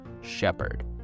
shepherd